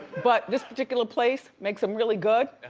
but this particular place makes em really good.